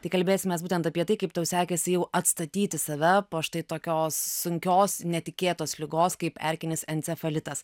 tai kalbėsimės būtent apie tai kaip tau sekėsi jau atstatyti save po štai tokios sunkios netikėtos ligos kaip erkinis encefalitas